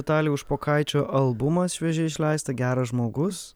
vitalijaus špokaičio albumą šviežiai išleistą geras žmogus